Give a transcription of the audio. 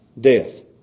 Death